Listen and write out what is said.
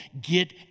get